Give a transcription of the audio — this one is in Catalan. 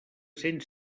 cent